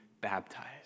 baptized